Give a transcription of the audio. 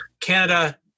Canada